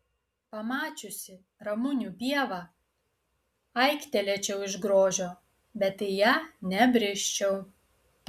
pamačiusi ramunių pievą aiktelėčiau iš grožio bet į ją nebrisčiau